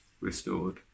restored